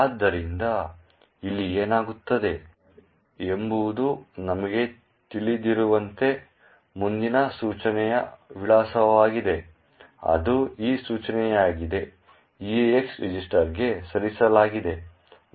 ಆದ್ದರಿಂದ ಇಲ್ಲಿ ಏನಾಗುತ್ತದೆ ಎಂಬುದು ನಮಗೆ ತಿಳಿದಿರುವಂತೆ ಮುಂದಿನ ಸೂಚನೆಯ ವಿಳಾಸವಾಗಿದೆ ಅದು ಈ ಸೂಚನೆಯಾಗಿದೆ EAX ರಿಜಿಸ್ಟರ್ಗೆ ಸರಿಸಲಾಗಿದೆ